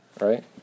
right